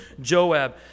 Joab